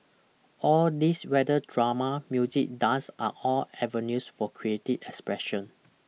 all these whether drama music dance are all avenues for creative expression